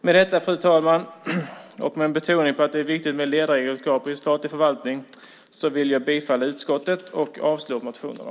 Med detta, fru talman, och med en betoning på att det är viktigt med ledaregenskaper i statlig förvaltning vill jag yrka bifall till utskottets förslag och avslag på reservationerna.